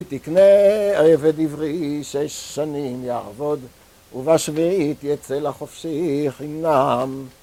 תקנה עבד עברי, שש שנים יעבוד, ובשביעית יצא לחופשי חינם